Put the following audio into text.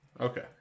Okay